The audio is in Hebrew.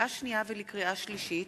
לקריאה שנייה ולקריאה שלישית: